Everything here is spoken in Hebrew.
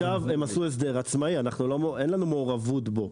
עכשיו הם עשו הסדר, עצמאי, אין לנו מעורבות בו.